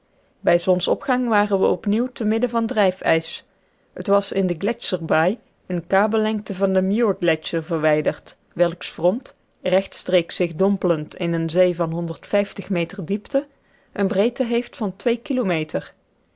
bij zonsopgang waren we op nieuw te midden van drijfijs t was in de gletscherbaai eene kabellengte van den muirgletscher verwijderd welks front rechtstreeks zich dompelend in een zee van meter diepte eene breedte heeft van twee kilometers